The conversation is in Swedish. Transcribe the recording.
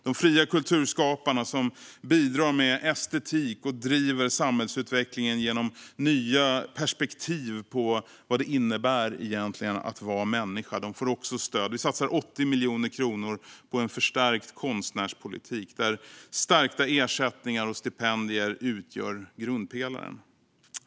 De fria kulturskaparna, som bidrar med estetik och driver samhällsutvecklingen genom nya perspektiv på vad det egentligen innebär att vara människa, får också stöd. Vi satsar 80 miljoner kronor på en förstärkt konstnärspolitik, där stärkta ersättningar och stipendier utgör grundpelaren.